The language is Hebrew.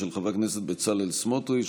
של חבר הכנסת בצלאל סמוטריץ',